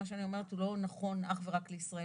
מה שאני אומרת לא נכון אך ורק לישראל,